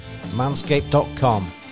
manscape.com